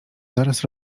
zaraz